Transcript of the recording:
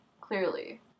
Clearly